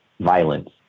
violence